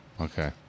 okay